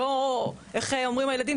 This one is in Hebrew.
ואיך אומרים הילדים,